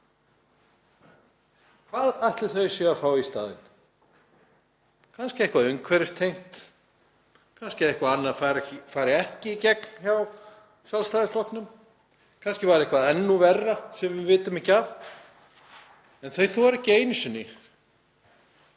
Hvað ætli þau fái í staðinn? Kannski eitthvað umhverfistengt, kannski að eitthvað annað fari ekki í gegn hjá Sjálfstæðisflokknum, kannski var eitthvað enn verra sem við vitum ekki af. Þau þora ekki einu sinni